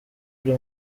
buri